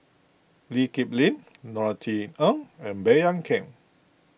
Lee Kip Lin Norothy Ng and Baey Yam Keng